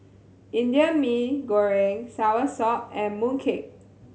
Indian Mee Goreng Soursop and Mooncake